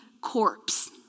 corpse